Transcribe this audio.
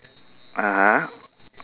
(uh huh)